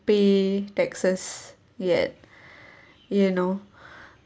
pay taxes yet you know